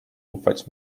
ufać